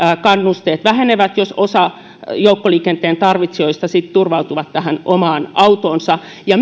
kannusteet vähenevät jos osa joukkoliikenteen tarvitsijoista sitten turvautuu tähän omaan autoonsa ja